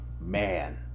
man